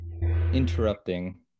Interrupting